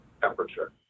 temperature